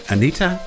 Anita